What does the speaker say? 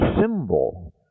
symbol